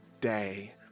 day